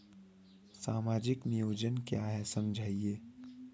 सामाजिक नियोजन क्या है समझाइए?